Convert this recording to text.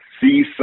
see